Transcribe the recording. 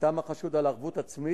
חתם החשוד על ערבות עצמית,